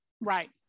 Right